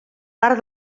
part